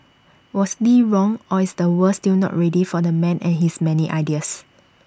was lee wrong or is the world still not ready for the man and his many ideas